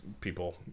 people